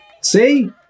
See